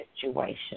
situation